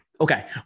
Okay